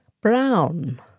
Brown